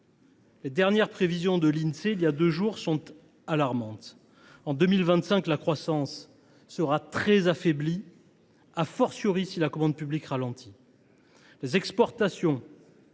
Les dernières prévisions de l’Insee, il y a deux jours, sont alarmantes. En 2025, la croissance sera très affaiblie, si la commande publique ralentit. Les exportations